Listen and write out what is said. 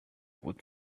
would